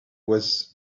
was